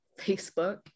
Facebook